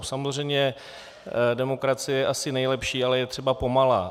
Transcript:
Samozřejmě demokracie je asi nejlepší, ale je třeba pomalá.